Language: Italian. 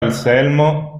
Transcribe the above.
anselmo